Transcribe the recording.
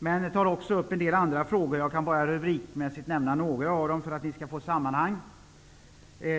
Den tar också upp en del andra frågor. Jag kan nämna några av dem rubrikmässigt för att ni skall få ett sammanhang.